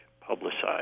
publicized